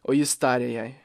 o jis tarė jai